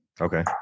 Okay